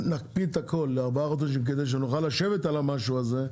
להקפיא את הכל לארבעה חודשים כדי שנוכל לשבת על המשהו הזה,